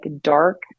dark